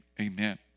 Amen